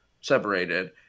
separated